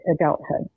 adulthood